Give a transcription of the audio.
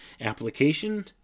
Application